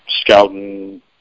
scouting